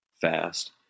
fast